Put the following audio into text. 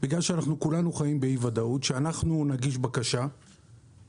בגלל שכולנו חיים באי ודאות שאנחנו נגיש בקשה ואז